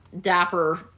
dapper